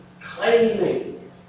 claiming